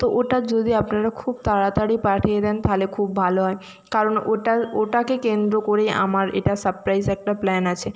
তো ওটা যদি আপনারা খুব তাড়াতাড়ি পাঠিয়ে দেন তাহলে খুব ভালো হয় কারণ ওটা ওটাকে কেন্দ্র করেই আমার এটা সারপ্রাইজ একটা প্ল্যান আছে